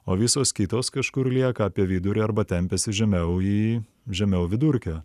o visos kitos kažkur lieka apie vidurį arba tempiasi žemiau į žemiau vidurkio